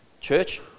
Church